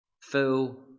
fill